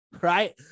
right